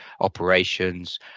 operations